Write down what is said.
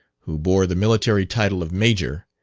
who bore the military title of major,